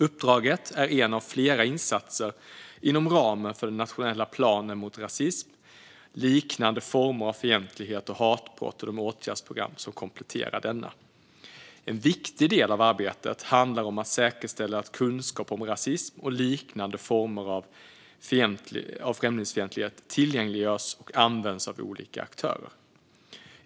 Uppdraget är en av flera insatser inom ramen för den nationella planen mot rasism och liknande former av fientlighet och hatbrott och de åtgärdsprogram som kompletterar denna. En viktig del av arbetet handlar om att säkerställa att kunskap om rasism och liknande former av fientlighet tillgängliggörs och används av olika aktörer.